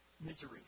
misery